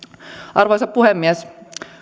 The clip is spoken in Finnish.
arvoisa puhemies